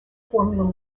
formula